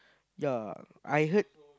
yea I heard